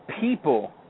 people